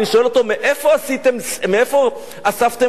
מאיפה אספתם כוחות?